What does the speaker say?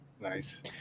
Nice